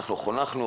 אנחנו חונכנו